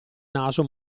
naso